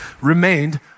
remained